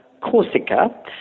Corsica